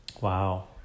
wow